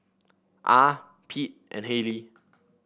Ah Pete and Hayleigh